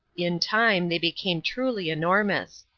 in time they became truly enormous.